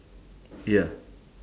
ya